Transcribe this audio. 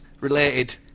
related